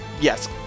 yes